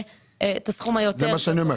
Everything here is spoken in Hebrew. כן, זה מה שאמור להיות.